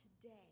today